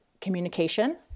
communication